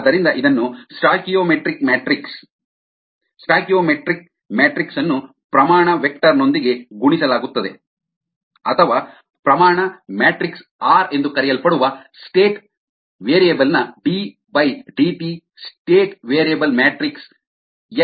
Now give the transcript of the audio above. ಆದ್ದರಿಂದ ಇದನ್ನು stoichiometric matrix S stoichiometric matrix ಅನ್ನು ಪ್ರಮಾಣ ವೆಕ್ಟರ್ನೊಂದಿಗೆ ಗುಣಿಸಲಾಗುತ್ತದೆ ಅಥವಾ ಪ್ರಮಾಣ ಮ್ಯಾಟ್ರಿಕ್ಸ್ ಆರ್ ಎಂದು ಕರೆಯಲ್ಪಡುವ ಸ್ಟೇಟ್ ವೇರಿಯೇಬಲ್ನ d dt ddt state variable matrix x ಎಂದು ಕರೆಯಲ್ಪಡುತ್ತದೆ